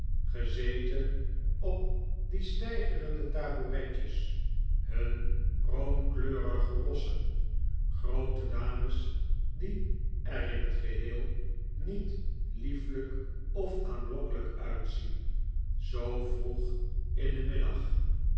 gezeten op die steigerende tabouretjes hun roomkleurige rossen groote dames die er in het geheel niet lieflijk of aanlokkelijk uitzien zoo vroeg in den middag